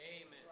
Amen